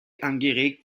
angeregt